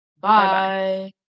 bye